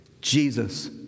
Jesus